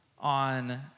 on